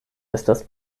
estas